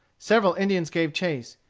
several indians gave chase.